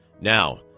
Now